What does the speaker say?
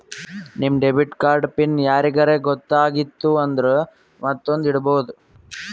ನಿಮ್ debit card PIN ಯಾರಿಗರೇ ಗೊತ್ತಾಗಿತ್ತು ಅಂದುರ್ ಮತ್ತೊಂದ್ನು ಇಡ್ಬೋದು